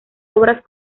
obras